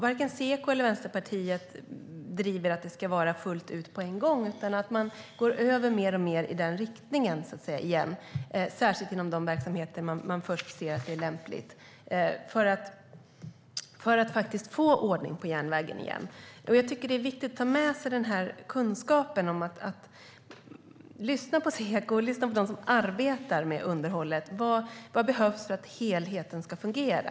Varken Seko eller Vänsterpartiet driver att det ska vara fullt ut på en gång, utan man går över mer och mer i den riktningen igen inom de verksamheter där man först ser att det är lämpligt för att faktiskt få ordning på järnvägen igen. Jag tycker att det är viktigt att ta med sig kunskapen och lyssna på Seko och lyssna på dem som arbetar med underhållet. Vad behövs för att helheten ska fungera?